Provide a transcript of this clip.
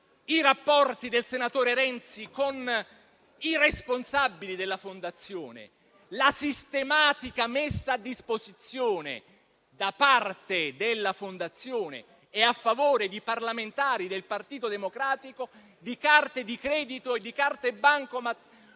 i rapporti del senatore Renzi con i responsabili della Fondazione, la sistematica messa a disposizione da parte della Fondazione e a favore di parlamentari del Partito Democratico di carte di credito e di carte bancomat come